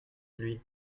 lui